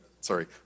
sorry